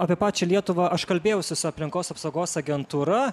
apie pačią lietuvą aš kalbėjausi su aplinkos apsaugos agentūra